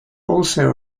also